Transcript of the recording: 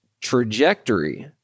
trajectory